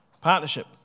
Partnership